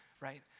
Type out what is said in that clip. right